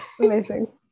amazing